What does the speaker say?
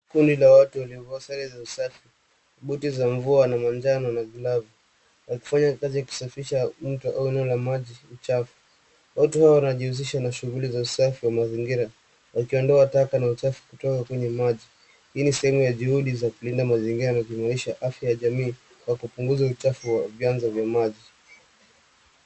Kundi la watu waliovaa sare za usafi, buti za mvua za manjano na glavu wakifanya kazi ya kusafisha mto au eneo la maji chafu. Watu hawa wanajishughulisha na shughuli za usafi wa mazingira wakiondoa taka na uchafu kutoka kwenye maji. Hii ni sehemu ya juhudi za kulinda mazingira inajumuisha afya ya jamii kwa kupunguza uchafu wa vianzo vya maji.